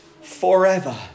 Forever